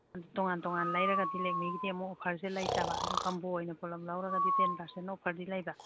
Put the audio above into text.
ꯑꯗꯨ ꯇꯣꯉꯥꯟ ꯇꯣꯉꯥꯟ ꯂꯩꯔꯒꯗꯤ ꯂꯦꯛꯃꯤꯒꯤꯗꯤ ꯑꯃꯨꯛ ꯑꯣꯐꯔꯁꯦ ꯂꯩꯇꯕ ꯑꯗꯨ ꯀꯝꯕꯣ ꯑꯣꯏꯅ ꯄꯨꯂꯞ ꯂꯧꯔꯒꯗꯤ ꯇꯦꯟ ꯄꯥꯔꯁꯦꯟ ꯑꯣꯐꯔꯗꯤ ꯂꯩꯕ